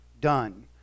done